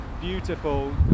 beautiful